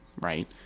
Right